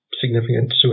significant